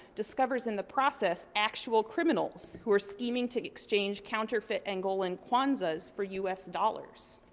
discovers in the process actual criminals, who are scheming to exchange counterfeit angolan kwanzas for us dollars.